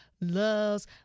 loves